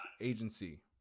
agency